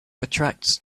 attracts